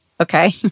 okay